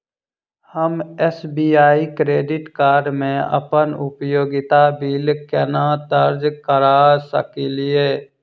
हम SBI credit card मे अप्पन उपयोगिता बिल केना दर्ज करऽ सकलिये?